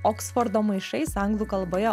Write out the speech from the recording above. oksfordo maišais anglų kalboje